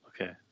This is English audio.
okay